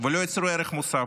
ולא יצרו ערך מוסף,